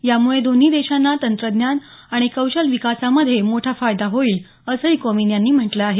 यामुळे दोन्ही देशांना तंत्रज्ञान आणि कौशल्य विकासामध्ये मोठा फायदा होईल असंही कोविंद यांनी म्हटलं आहे